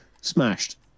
Smashed